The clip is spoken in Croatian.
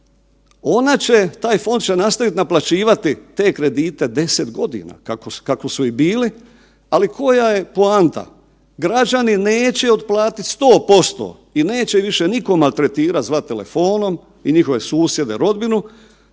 hoće, taj fond će nastaviti naplaćivati te kredite 10 godina kako su i bili. Ali koja je poanta? Građani neće otplatiti 100% i neće ih više nitko maltretirat i zvat telefonom i njihove susjede, rodbinu